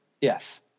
yes